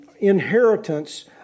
inheritance